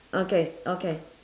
okay okay